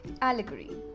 allegory